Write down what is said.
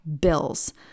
bills